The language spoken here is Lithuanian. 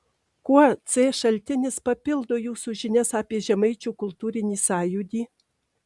kuo c šaltinis papildo jūsų žinias apie žemaičių kultūrinį sąjūdį